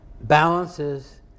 balances